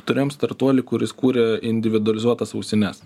turėjom startuolį kuris kūrė individualizuotas ausines